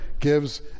gives